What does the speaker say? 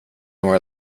nor